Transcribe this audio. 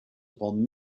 upon